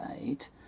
eight